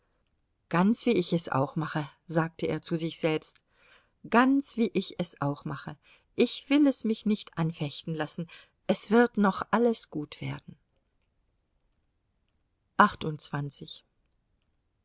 ganz wie ich es auch mache sagte er zu sich selbst ganz wie ich es auch mache ich will es mich nicht anfechten lassen es wird noch alles gut werden